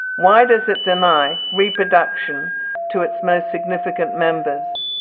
why does it deny reproduction to its most significant members.